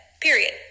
Period